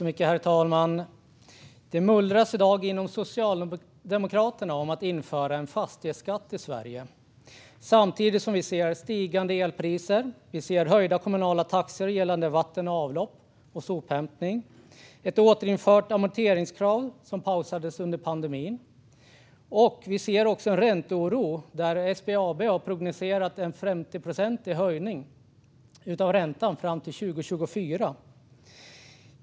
Herr talman! Det mullras i dag inom Socialdemokraterna om att återinföra en fastighetsskatt i Sverige. Samtidigt ser vi stigande elpriser, höjda kommunala taxor för vatten och avlopp och sophämtning och ett återinfört amorteringskrav, som pausats under pandemin. Vi ser också en ränteoro. SBAB har prognostiserat en 50-procentig höjning av räntan fram till 2024.